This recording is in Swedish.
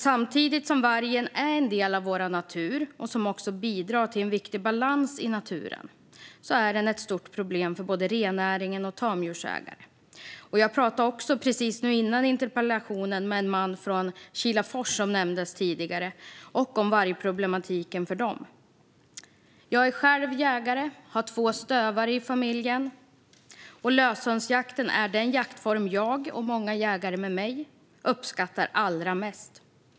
Samtidigt som vargen är en del av vår natur och bidrar till en viktig balans i naturen är den ett stort problem för både rennäringen och tamdjursägare. Jag pratade precis före interpellationsdebatten med en man från Kilafors, som nämndes tidigare, om vargproblematiken hos dem. Jag är själv jägare och har två stövare i familjen. Löshundsjakten är den jaktform jag och många jägare med mig uppskattar allra mest.